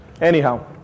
Anyhow